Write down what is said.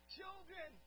Children